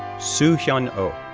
soo hyun oh,